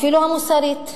אפילו המוסרית,